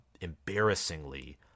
embarrassingly